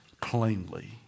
plainly